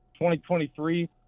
2023